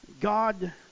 God